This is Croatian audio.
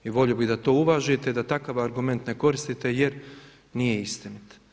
I volio bih da to uvažite, da takav argument ne koristite jer nije istinit.